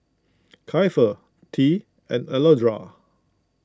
Kiefer Tea and Alondra